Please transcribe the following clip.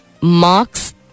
marks